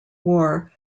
war